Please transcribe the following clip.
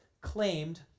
claimed